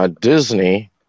Disney